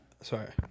Sorry